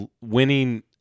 winning